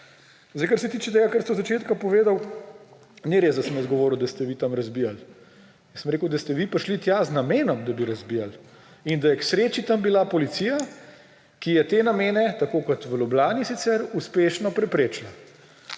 Kar se tiče tega, kar ste od začetka povedali, ni res, da sem jaz govoril, da ste vi tam razbijali. Jaz sem rekel, da ste vi prišli tja z namenom, da bi razbijali; in da je k sreči tam bila policija, ki je te namene, tako kot v Ljubljani sicer, uspešno preprečila.